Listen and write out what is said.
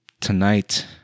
Tonight